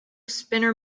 spinner